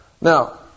Now